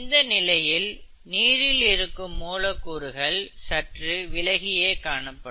இந்த நிலையில் நீரில் இருக்கும் மூலக்கூறுகள் சற்று விலகியே காணப்படும்